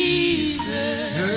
Jesus